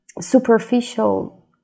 superficial